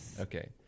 okay